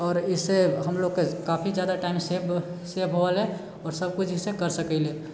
आओर इससँ हम लोगके काफी जादा टाइम सेव सेव होवैले आओर सभ किछु एहिसँ कर सकैत लए